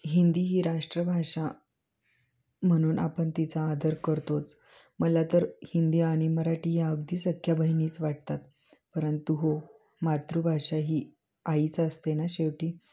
हिंदी ही राष्ट्रभाषा म्हणून आपण तिचा आदर करतोच मला तर हिंदी आणि मराठी ह्या अगदी सख्ख्या बहिणीच वाटतात परंतु हो मातृभाषा ही आईच असते ना शेवटी